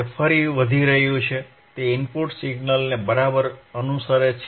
તે ફરી વધી રહ્યો છે તે ઇનપુટ સિગ્નલને બરાબર અનુસરે છે